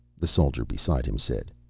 the soldier beside him said.